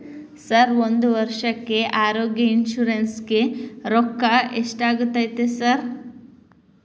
Sir ಒಂದು ವರ್ಷಕ್ಕೆ ಆರೋಗ್ಯ ಇನ್ಶೂರೆನ್ಸ್ ಗೇ ರೊಕ್ಕಾ ಎಷ್ಟಾಗುತ್ತೆ ಸರ್?